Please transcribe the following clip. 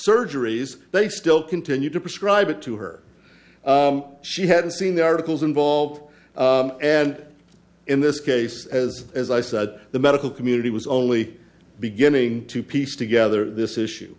surgeries they still continued to prescribe it to her she had seen the articles involved and in this case as as i said the medical community was only beginning to piece together this